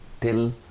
till